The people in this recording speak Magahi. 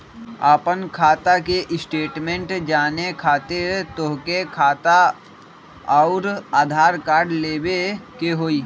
आपन खाता के स्टेटमेंट जाने खातिर तोहके खाता अऊर आधार कार्ड लबे के होइ?